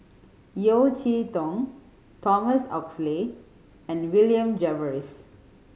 Yeo Cheow Tong Thomas Oxley and William Jervois